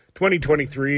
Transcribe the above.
2023